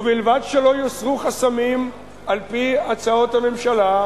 ובלבד שלא יוסרו חסמים על-פי הצעות הממשלה,